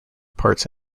parts